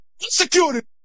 Security